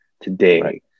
today